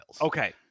Okay